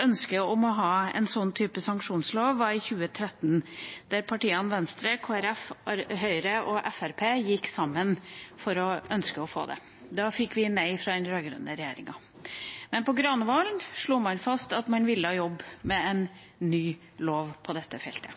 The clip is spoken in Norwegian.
ønsket om å ha en sånn type sanksjonslov ble tatt opp, var i 2013, da partiene Venstre, Kristelig Folkeparti, Høyre og Fremskrittspartiet gikk sammen om dette ønsket. Da fikk vi nei fra den rød-grønne regjeringa. Men i Granavolden slo man fast at man ville jobbe med en ny lov på dette feltet.